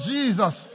Jesus